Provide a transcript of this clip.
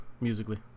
musically